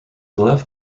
left